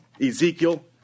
Ezekiel